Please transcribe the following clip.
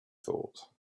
thought